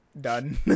done